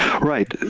Right